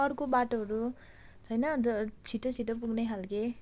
अर्क बाटोहरू छैन जुन छिटो छिटो पुग्ने खालको